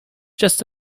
just